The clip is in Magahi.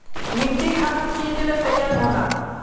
मिट्टी खानोक की दिले तैयार होने?